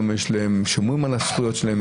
היום הם שומרים על הזכויות שלהם,